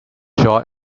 short